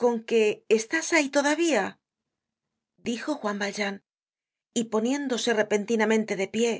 con qué estás ahí todavía dijo juan valjean y poniéndose repentinamente de pié